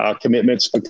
commitments